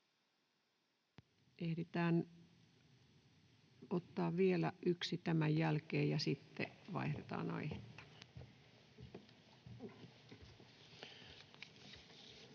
Ehditään ottaa vielä yksi tämän jälkeen ja sitten vaihdetaan aihetta.